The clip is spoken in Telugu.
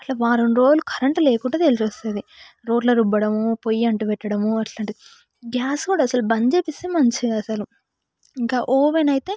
అట్లా వారం రోజులు కరెంట్ లేకుంటే తెలిసి వస్తుంది రోటిలో రుబ్బడము పొయ్యి అంటి పెట్టడము అలాంటి గ్యాస్ కూడా అసలు బంద్ చేపిస్తే మంచిది అసలు ఇంకా ఓవెన్ అయితే